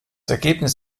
ergebnis